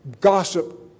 gossip